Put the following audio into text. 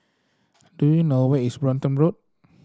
do you know where is Brompton Road